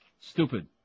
Stupid